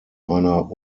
einer